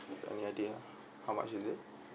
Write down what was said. any idea how much is it